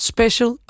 Special